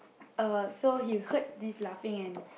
uh so he heard this laughing and